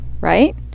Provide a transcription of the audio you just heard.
right